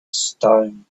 stone